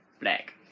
black